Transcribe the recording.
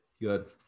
Good